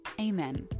Amen